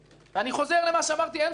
אני חוזר למה שאמרתי אין ספור פעמים